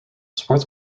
sports